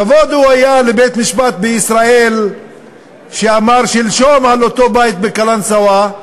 כבוד היה לבית-משפט בישראל שאמר שלשום על אותו בית בקלנסואה: